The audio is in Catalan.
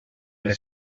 les